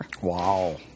Wow